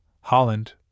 Holland